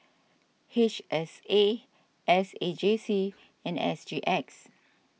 H S A S A J C and S G X